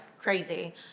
crazy